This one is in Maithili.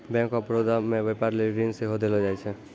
बैंक आफ बड़ौदा मे व्यपार लेली ऋण सेहो देलो जाय छै